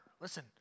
Listen